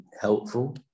helpful